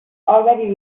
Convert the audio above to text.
already